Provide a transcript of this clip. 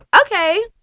okay